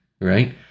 right